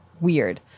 weird